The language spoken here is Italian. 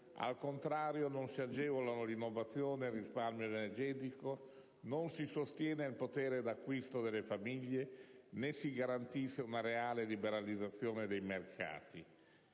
l'occupazione, né si agevolano l'innovazione ed il risparmio energetico, non si sostiene il potere d'acquisto delle famiglie, né si garantisce una reale liberalizzazione dei mercati;